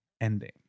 ending